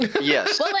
yes